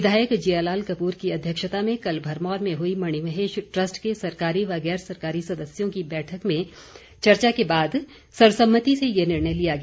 विधायक जियालाल कपूर की अध्यक्षता में कल भरमौर में हुई मणिमहेश ट्रस्ट के सरकारी व गैर सरकारी सदस्यों बैठक में चर्चा के बाद सर्वसम्मति से ये निर्णय लिया गया